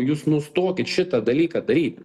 jūs nustokit šitą dalyką daryt